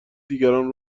دیگران